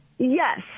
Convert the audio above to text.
Yes